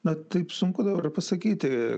na taip sunku dabar pasakyti